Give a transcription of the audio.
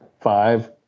five